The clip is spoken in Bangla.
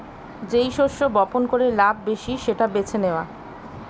যেই শস্য বপন করে লাভ বেশি সেটা বেছে নেওয়া